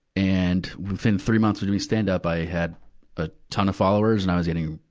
and, within three months of doing stand-up, i had a ton of followers and i was getting,